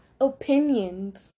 opinions